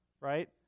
right